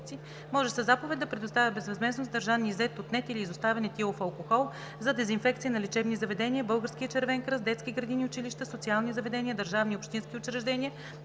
може със заповед да предоставя безвъзмездно задържан, иззет, отнет или изоставен етилов алкохол за дезинфекция на лечебни заведения, Българския червен кръст, детски градини, училища, социални заведения, държавни и общински учреждения.